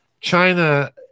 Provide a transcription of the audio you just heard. China